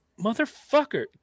Motherfucker